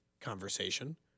conversation